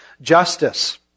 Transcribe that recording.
justice